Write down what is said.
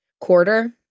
quarter